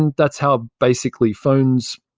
and that's how basically phones